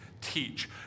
teach